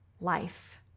life